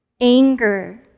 anger